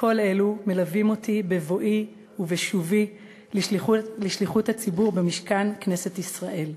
כל אלו מלוות אותי בבואי ובשובי לשליחות הציבור במשכן כנסת ישראל.